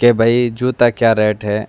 کہ بھائی جوتا کیا ریٹ ہے